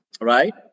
right